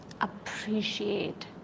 appreciate